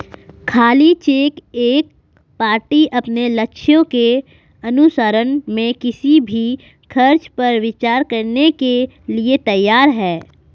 खाली चेक एक पार्टी अपने लक्ष्यों के अनुसरण में किसी भी खर्च पर विचार करने के लिए तैयार है